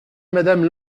madame